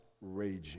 raging